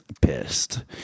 pissed